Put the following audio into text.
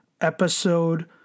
episode